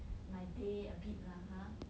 my day a bit lah !huh!